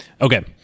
okay